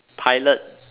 pilot